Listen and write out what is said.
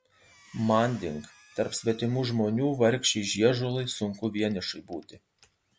manding tarp svetimų žmonių vargšei žiežulai sunku vienišai būti